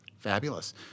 Fabulous